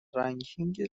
رنکینگ